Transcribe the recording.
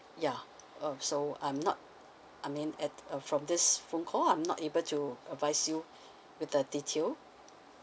yeah uh so I'm not I mean at uh from this phone call I'm not able to advise you with the detail